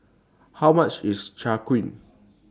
How much IS Chai Kuih